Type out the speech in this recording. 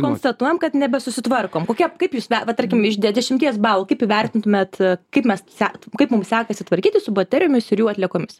konstatuojam kad nebesusitvarkom kokia kaip jūs ve va tarkim iš de dešimties balų kaip įvertintumėt kaip mes se kaip mums sekasi tvarkytis su baterijomis ir jų atliekomis